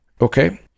Okay